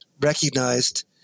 recognized